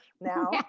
now